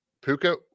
puka